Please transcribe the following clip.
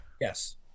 Yes